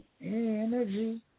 energy